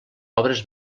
obres